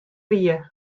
wie